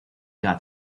got